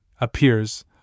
appears